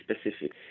specific